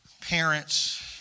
Parents